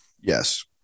Yes